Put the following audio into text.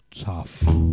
Tough